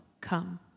come